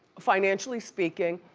financially speaking,